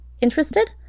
Interested